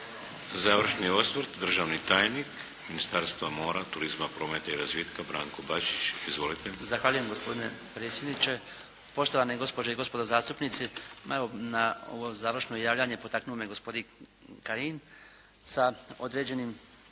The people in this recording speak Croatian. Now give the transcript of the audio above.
Završni osvrt državni tajnik Ministarstva mora, turizma, prometa i razvitka Branko Bačić. Izvolite. **Bačić, Branko (HDZ)** Zahvaljujem gospodine predsjedniče. Poštovane gospođe i gospodo zastupnici evo na ovo završno javljanje potaknuo me je gospodin Kajin sa određenim